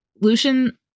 Lucian